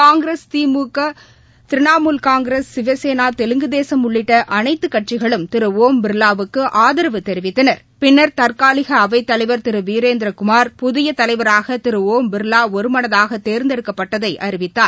காங்கிரஸ் திமுக திரணமூல் காங்கிரஸ் சிவசேனா தெலுங்குதேசம் உள்ளிட்ட அனைத்து கட்சிகளும் திரு ஒம் பிர்லாவுக்கு ஆதரவு தெரிவித்தன பின்னா் தற்காலிக அவைத்தலைவா் திரு வீரேந்திரகுமாா் புதிய தலைவராக திரு ஒம் பிா்லா ஒருமனதாக தேர்ந்தெடுக்கப்பட்டதை அறிவித்தார்